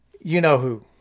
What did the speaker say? you-know-who